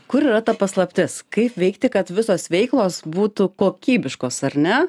kur yra ta paslaptis kaip veikti kad visos veiklos būtų kokybiškos ar ne